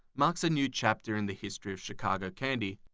marks a new chapter in the history of chicago candy.